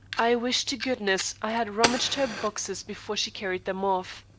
i wish to goodness i had rummaged her boxes before she carried them off.